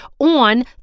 on